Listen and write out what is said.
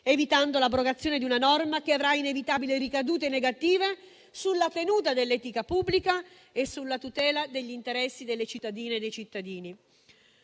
evitando l'abrogazione di una norma che avrà inevitabili ricadute negative sulla tenuta dell'etica pubblica e sulla tutela degli interessi delle cittadine e dei cittadini.